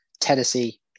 Tennessee